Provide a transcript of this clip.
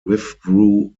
withdrew